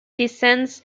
descends